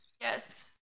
Yes